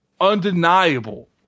undeniable